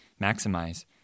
maximize